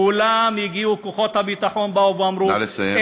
כולם הגיעו, כוחות הביטחון באו ואמרו, נא לסיים.